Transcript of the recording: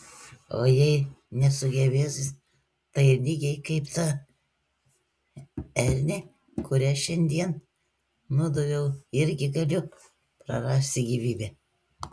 o jei nesugebėsiu tai lygiai kaip ta elnė kurią šiandien nudobiau irgi galiu prarasti gyvybę